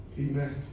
Amen